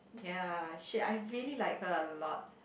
ya she I really like her a lot